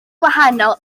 gwahanol